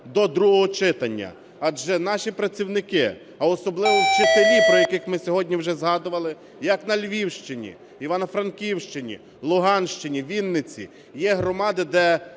до другого читання, адже наші працівники, а особливо вчителі, про яких ми сьогодні вже згадували, як на Львівщині, Івано-Франківщині, Луганщині, Вінниці, є громади, де